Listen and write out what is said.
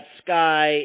sky